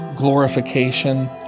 glorification